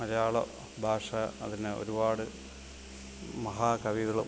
മലയാള ഭാഷ അതിന് ഒരുപാട് മഹാകവികളും